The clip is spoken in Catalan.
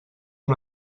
amb